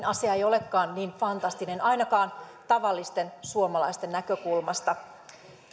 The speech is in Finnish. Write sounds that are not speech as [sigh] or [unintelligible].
[unintelligible] asia ei olekaan niin fantastinen ainakaan tavallisten suomalaisten näkökulmasta